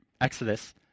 Exodus